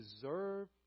deserve